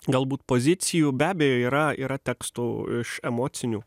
galbūt pozicijų be abejo yra yra tekstų iš emocinių